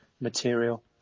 material